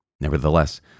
Nevertheless